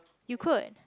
you could